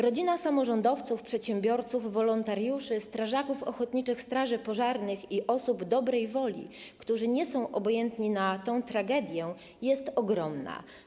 Rodzina samorządowców, przedsiębiorców, wolontariuszy, strażaków ochotniczych straży pożarnych i osób dobrej woli, które nie są obojętne na tę tragedię, jest ogromna.